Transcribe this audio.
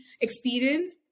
experience